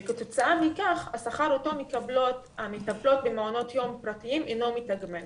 וכתוצאה מכך השכר אותו מקבלות המטפלות במעונות יום פרטיים אינו מתגמל.